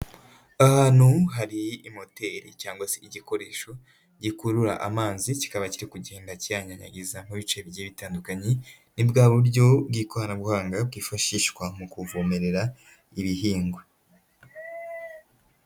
Ahantu hari moteri cyangwa se igikoresho gikurura amazi kikaba kiri kugenda kiyanyanyagiza mu bice bigiye bitandukanye, ni bwa buryo bw'ikoranabuhanga bwifashishwa mu kuvomerera ibihingwa.